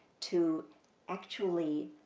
to actually